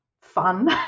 fun